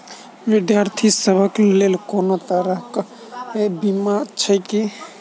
विद्यार्थी सभक लेल कोनो तरह कऽ बीमा छई की?